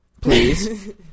please